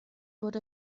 bod